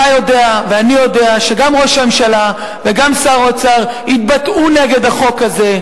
אתה יודע ואני יודע שגם ראש הממשלה וגם שר האוצר התבטאו נגד החוק הזה.